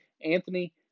Anthony